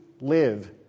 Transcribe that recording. live